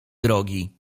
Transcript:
drogi